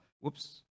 Whoops